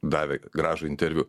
davė gražų interviu